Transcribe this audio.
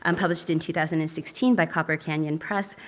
um published in two thousand and sixteen by copper canyon press,